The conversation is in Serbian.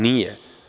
Nije.